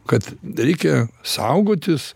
kad reikia saugotis